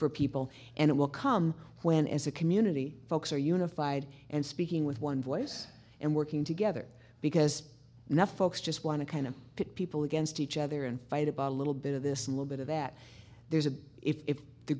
for people and it will come when as a community folks are unified and speaking with one voice and working together because enough folks just want to kind of pit people against each other and fight about a little bit of this little bit of that there's a if